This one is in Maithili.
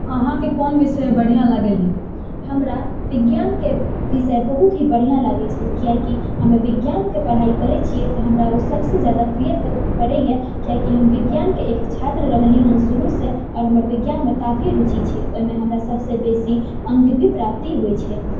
अहाँके कोन विषय बढ़िआँ लागैल हमरा विज्ञानके विषय बहुत ही बढ़िआँ लागै छै किआकी हम विज्ञानके पढ़ाइ करै छिऐ तऽ हमरा ओ सबसँ जादा प्रिय पड़ैए किआकी हम विज्ञानके एक छात्र रहली हँ शुरूसँ आओर हमरा विज्ञानमे काफी रूचि छै ओहिमे हमरा सबसँ बेसी अङ्क भी प्राप्ति होइ छै